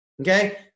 Okay